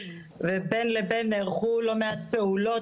ובין לבין נערכו לא מעט פעולות,